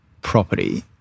property